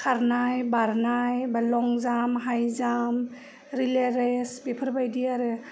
खारनाय बारनाय बा long jump high jump relay race बेफोरबाइदि आरो